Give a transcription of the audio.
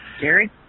Gary